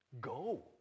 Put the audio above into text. Go